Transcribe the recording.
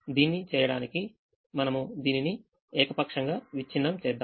దీన్ని చేయడానికి మనము దీనిని ఏకపక్షంగా విచ్ఛిన్నం చేద్దాం